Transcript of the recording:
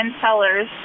sellers